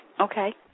okay